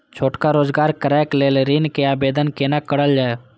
छोटका रोजगार करैक लेल ऋण के आवेदन केना करल जाय?